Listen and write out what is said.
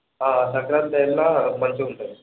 ఆ సంక్రాంతి వెళ్ళినా మంచిగా ఉంటుంది